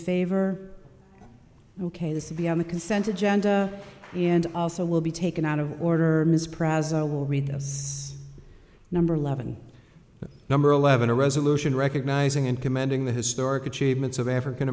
favor ok this is the on the consent agenda and also will be taken out of order ms presell will read this number eleven number eleven a resolution recognizing and commending the historic achievements of african